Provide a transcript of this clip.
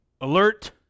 alert